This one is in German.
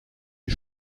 die